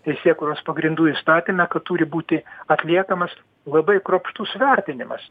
teisėkūros pagrindų įstatyme kad turi būti atliekamas labai kruopštus vertinimas